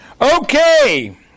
Okay